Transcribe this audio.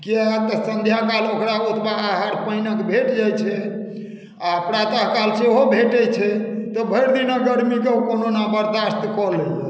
किएक सन्ध्याकाल ओकरा ओतबा आहार पानिक भेट जाइत छै आ प्रातः काल सेहो भेटैत छै तऽ भरि दिनक गरमीकेँ ओ कोनहुना बर्दाश्त कऽ लैए